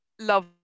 love